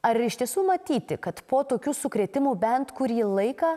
ar iš tiesų matyti kad po tokių sukrėtimų bent kurį laiką